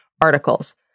articles